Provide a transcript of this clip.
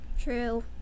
True